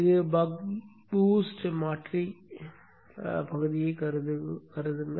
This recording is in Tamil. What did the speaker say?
இப்போது பக் BOOST மாற்றி பகுதியைக் கருதுங்கள்